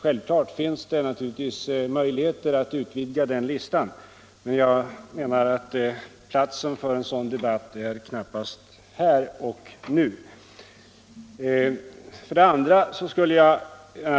Det finns naturligtvis möjligheter att utvidga den listan, men jag menar att platsen för en sådan debatt är knappast här och nu.